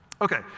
Okay